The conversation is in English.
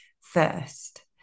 first